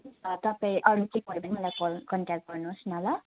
तपाईँ अरू चाहिँ भयो भने मलाई कल कन्ट्याक्ट गर्नुहोस् न ल